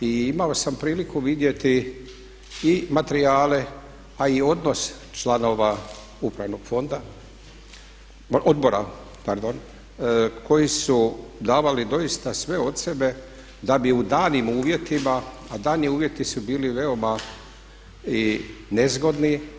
i imao sam priliku vidjeti i materijale a i odnos članova upravnog odbora koji su davali doista sve od sebe da bi u danim uvjetima a dani uvjeti su bili veoma i nezgodni.